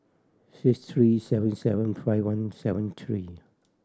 six three seven seven five one seven three